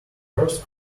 first